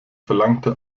verlangte